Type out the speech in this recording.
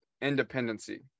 independency